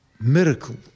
miracle